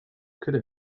could